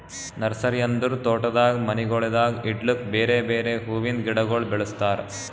nursery ಅಂದುರ್ ತೋಟದಾಗ್ ಮನಿಗೊಳ್ದಾಗ್ ಇಡ್ಲುಕ್ ಬೇರೆ ಬೇರೆ ಹುವಿಂದ್ ಗಿಡಗೊಳ್ ಬೆಳುಸ್ತಾರ್